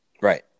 Right